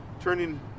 turning